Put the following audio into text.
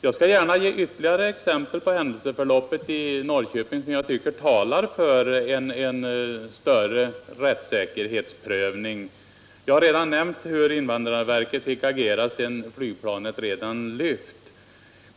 Jag skall gärna ge ytterligare exempel på händelseförloppet i Norr köping, som jag tycker talar för en bättre rättssäkerhetsprövning. Jag har nämnt hur invandrarverket fick agera sedan flygplanet redan lyft.